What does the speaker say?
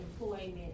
employment